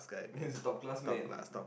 he's a top class man